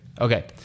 okay